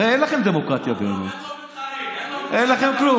הרי אין לכם דמוקרטיה באמת, אין לכם כלום.